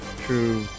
true